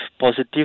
positive